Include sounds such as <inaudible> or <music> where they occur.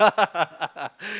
<laughs>